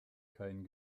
kein